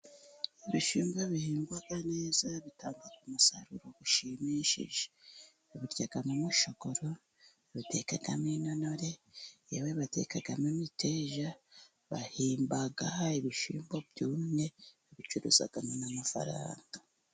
Ibishyimbo bihingwa neza bitanga umusaruro ushimishije, tubiryamo umushogoro, tubitekamo intonore, yewe batekamo imiteja, bahimba ibishyimbo byumye, urabicuruza ukabona amafaranga.